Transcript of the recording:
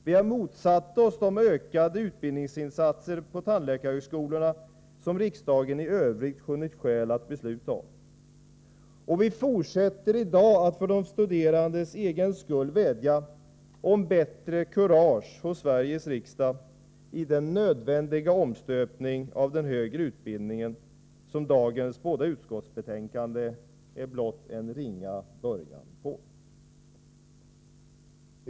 Vi har motsatt oss det ökade antalet utbildningsplatser på tandläkarhögskolorna som riksdagen i övrigt funnit skäl att besluta om. Vi fortsätter i dag att för de studerandes skull vädja om större kurage hos Sveriges riksdag i den nödvändiga omstöpning av den högre utbildningen som dagens båda utskottsbetänkanden är en blott ringa början på.